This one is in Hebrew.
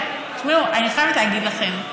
תשמעו, אני חייבת להגיד לכם,